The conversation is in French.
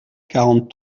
quarante